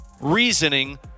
reasoning